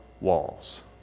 walls